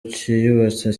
kiyubatse